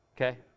Okay